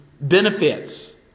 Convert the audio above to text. benefits